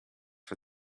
for